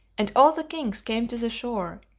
and all the kings came to the shore,